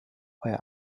euer